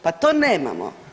Pa to nemamo.